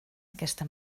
aquesta